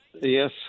Yes